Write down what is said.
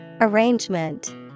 Arrangement